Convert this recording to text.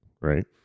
right